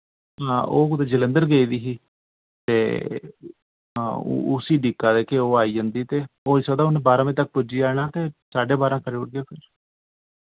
हां ओह् कुतै जलंधर गेदी ही ते हां उ उस्सी दिक्खा दे के ओह् आई जन्दी ते होई सकदा उन बारां बजे तक पुज्जी जाना ते साड्डे बारां करी ओड़गे फिर